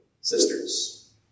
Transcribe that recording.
sisters